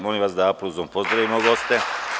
Molim da aplauzom pozdravimo goste.